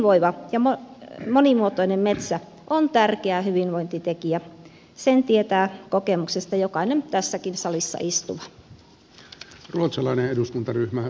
hyvinvoiva ja monimuotoinen metsä on tärkeä hyvinvointitekijä sen tietää kokemuksesta jokainen tässäkin salissa istuva